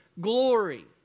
glory